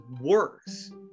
worse